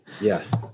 Yes